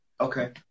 Okay